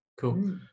Cool